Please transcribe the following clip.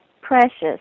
precious